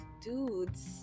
dudes